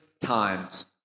times